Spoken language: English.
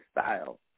Style